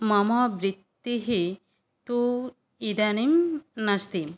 मम वृत्तिः तु इदानीं नास्ति